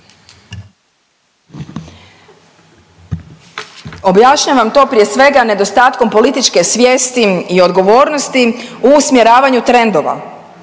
Objašnjavam to prije svega nedostatkom političke svijesti i odgovornosti u usmjeravanju trendova.